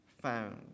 found